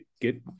get